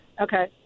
Okay